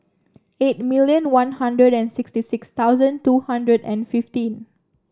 eight million One Hundred sixty six thousand two hundred and fifteen